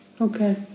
Okay